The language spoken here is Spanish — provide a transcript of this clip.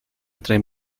entre